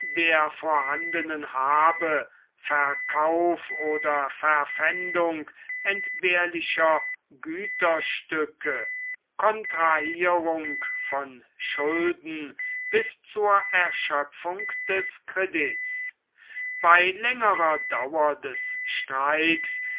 der vorhandenen habe verkauf oder verpfändung entbehrlicher güterstücke kontrahierung von schulden bis zur erschöpfung des kredits bei längerer dauer des streiks